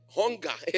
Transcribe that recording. hunger